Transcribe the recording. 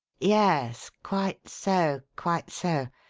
yes! quite so, quite so!